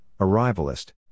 Arrivalist